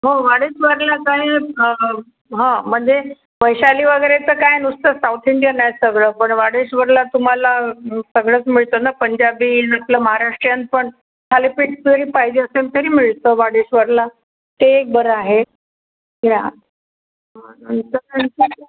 हो वाडेश्वरला काय हां म्हणजे वैशाली वगैरे तर काय नुसतं साऊथ इंडियन आहे सगळं पण वाडेश्वरला तुम्हाला सगळंच मिळतं ना पंजाबी आपलं महाराष्ट्रीयन पण थालीपीठ जरी पाहिजे असेल तरी मिळतं वाडेश्वरला ते एक बरं आहे या